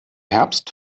herbst